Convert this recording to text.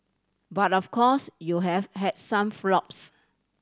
but of course you have has some flops